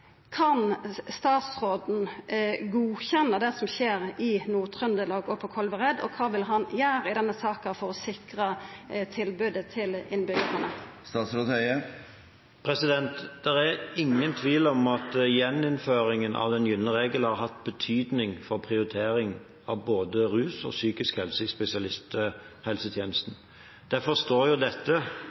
Kan statsråden godkjenna det som skjer i Nord-Trøndelag og på Kolvereid, og kva vil han gjera i denne saka for å sikra tilbodet til innbyggjarane? Det er ingen tvil om at gjeninnføringen av den gylne regel har hatt betydning for prioritering av både rus og psykisk helse i spesialisthelsetjenesten. Dette står i veldig klar kontrast til det